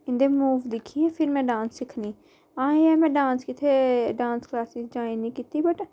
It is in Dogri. इंदे मूव दिक्खी दिक्खी में डांस सिक्खनी में कोई डांस क्लास ज्वाइन नेई कीती